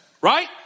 Right